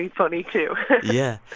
funny, too yeah.